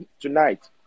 tonight